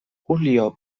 julio